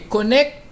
Connect